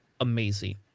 amazing